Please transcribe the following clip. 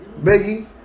Biggie